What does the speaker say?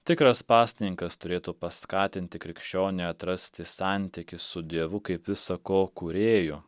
tikras pasninkas turėtų paskatinti krikščioniui atrasti santykį su dievu kaip visa ko kūrėju